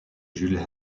jules